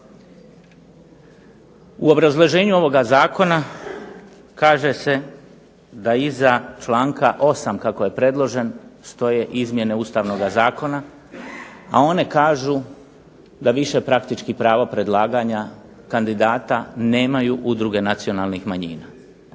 u obrazloženju ovoga Zakona kaže se da iza članka 8. kako je predložen stoje izmjene Ustavnoga zakona, da one kažu da više praktički pravo predlaganja kandidata nemaju Udruge nacionalnih manjina.